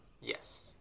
yes